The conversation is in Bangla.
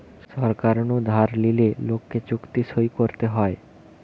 সরকার নু ধার লিলে লোককে চুক্তি সই করতে হয়